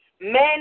Men